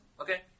Okay